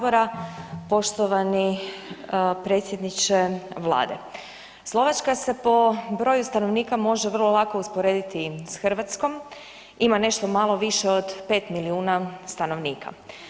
Poštovani predsjedniče Vlade, Slovačka se po broju stanovnika može vrlo lako usporediti s Hrvatskom, ima nešto malo više od 5 milijuna stanovnika.